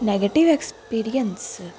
negative experience